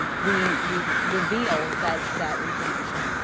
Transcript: we we revealed that that information.